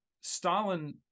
Stalin